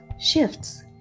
shifts